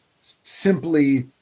simply